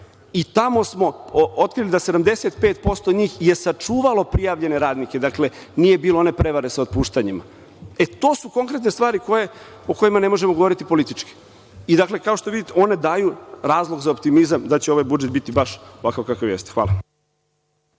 i tamo smo otkrili da 75% njih je sačuvalo prijavljene radnike. Dakle, nije bilo one prevare sa otpuštanjima. To su konkretne stvari o kojima ne možemo govoriti politički. Dakle, kao što vidite, one daju razlog za optimizam da će ovaj budžet biti baš ovakav kakav jeste. Hvala.